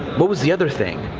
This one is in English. what was the other thing?